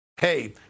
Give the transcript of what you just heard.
hey